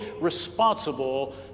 responsible